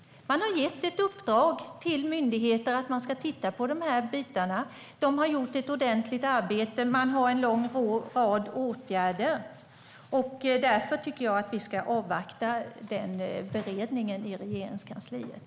Man har gett ett uppdrag till myndigheter att de ska titta på de här bitarna. De har gjort ett ordentligt arbete och har en lång rad åtgärder. Därför tycker jag att vi ska avvakta den beredningen i Regeringskansliet.